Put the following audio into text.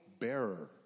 bearer